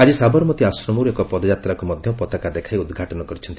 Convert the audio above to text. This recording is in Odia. ଆଜି ସାବରମତୀ ଆଶ୍ରମରୁ ଏକ ପଦଯାତ୍ରାକୁ ମଧ୍ୟ ପତାକା ଦେଖାଇ ଉଦ୍ଘାଟନ କରିଛନ୍ତି